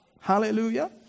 Hallelujah